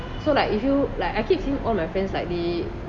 so like if you like I keep seeing all my friends like they